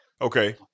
Okay